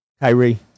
Kyrie